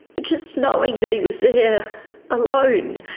just knowing that he was there alone,